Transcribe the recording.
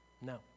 No